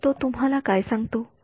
तर तो तुम्हाला काय सांगतो